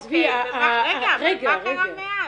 עזבי -- אוקיי, רגע, מה קרה מאז?